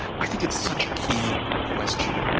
i think it's such a key question.